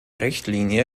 richtlinie